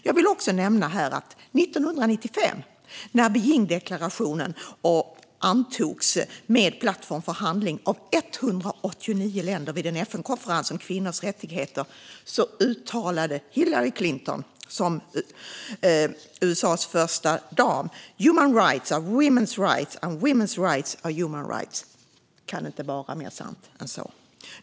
Jag vill också nämna att 1995 när Wiendeklarationen antogs, av 189 länder, med en plattform för handling, vid en FN-konferens om kvinnors rättigheter uttalade Hillary Clinton, som USA:s första dam, att human rights are women's rights and women's rights are human rights. Det kan inte vara mer sant än så.